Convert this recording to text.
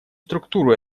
структуру